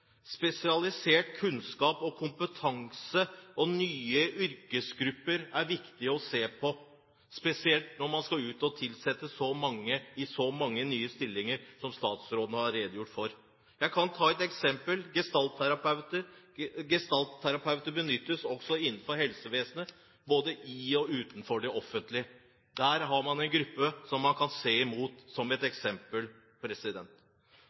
Spesialisert kunnskap og kompetanse og nye yrkesgrupper er viktig å se på, spesielt når man skal tilsette så mange i nye stillinger som statsråden har redegjort for. Jeg kan ta et eksempel. Gestaltterapeuter benyttes også innenfor helsevesenet, både i og utenfor det offentlige. Det er en gruppe man kan se på som et